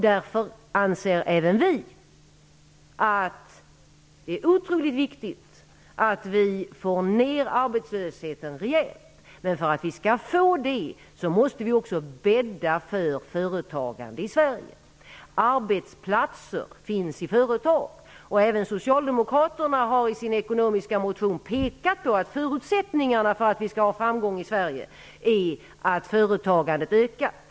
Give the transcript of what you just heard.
Därför anser även vi att det är otroligt viktigt att arbetslösheten minskar rejält. För att det skall vara möjligt måste vi emellertid också bädda för företagande i Sverige. Arbetsplatser finns i företag, och även Socialdemokraterna har i sin ekonomiska motion pekat på att förutsättningarna för att vi skall nå framgång i Sverige är att företagandet ökar.